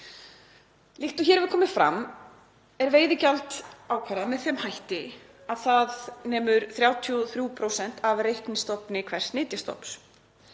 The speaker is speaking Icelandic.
Líkt og hér hefur komið fram er veiðigjald ákvarðað með þeim hætti að það nemur 33% af reiknistofni hvers nytjastofns.